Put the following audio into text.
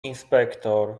inspektor